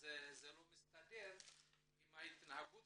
זה לא מסתדר עם התנהגות